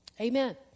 amen